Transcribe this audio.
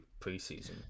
preseason